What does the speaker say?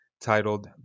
titled